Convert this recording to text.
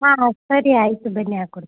ಹಾಂ ಸರಿ ಆಯಿತು ಬನ್ನಿ ಹಾಕ್ಕೊಡ್ತೀನಿ